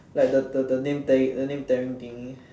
like the the the the name the name tearing thingy